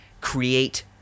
create